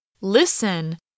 listen